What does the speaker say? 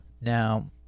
Now